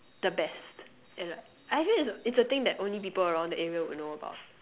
the best and like I think it's a thing that only people around the area would know of